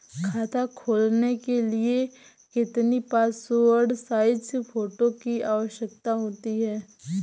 खाता खोलना के लिए कितनी पासपोर्ट साइज फोटो की आवश्यकता होती है?